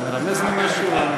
אתה מרמז למשהו?